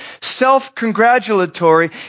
self-congratulatory